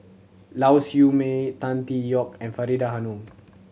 Lau Siew Mei Tan Tee Yoke and Faridah Hanum